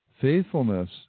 faithfulness